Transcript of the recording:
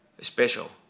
special